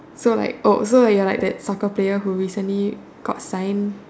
so like oh so you are like that soccer player who recently got signed